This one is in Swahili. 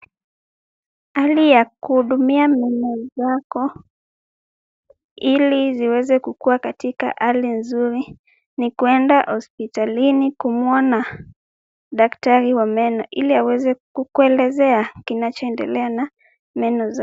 Hali ya kuhudumia meno zako ili ziweze kukuwa katika hali nzuri, ni kuenda hospitalini kumuona daktari wa meno ili aweze kukuelezea kinachoendelea na meno zako.